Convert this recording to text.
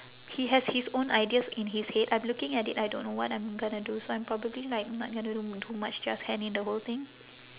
he has his own ideas in his head I'm looking at it I don't know what I'm gonna do so I'm probably like not gonna do too much just hand in the whole thing